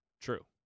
True